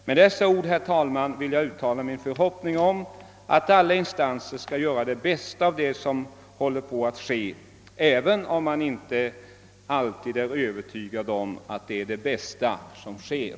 Med dessa ord vill jag, herr talman, uttala min förhoppning att alla instanser skall göra det bästa av det som nu håller på att ske — även om man inte alltid är övertygad om att det är det bästa som sker.